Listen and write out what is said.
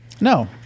No